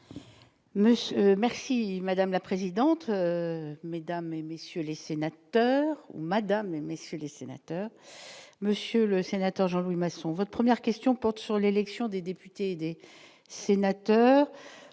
merci madame la présidente, mesdames et messieurs les sénateurs, Madame et messieurs les sénateurs, monsieur le sénateur Jean-Louis Masson votre 1ère question porte sur l'élection des députés, des sénateurs,